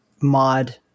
mod